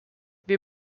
wir